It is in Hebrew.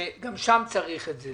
שגם שם צריך את זה.